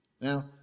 Now